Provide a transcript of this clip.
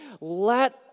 Let